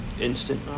instant